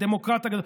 הדמוקרט הגדול.